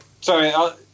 sorry